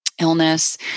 illness